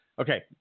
Okay